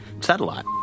satellite